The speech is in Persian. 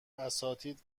اساتید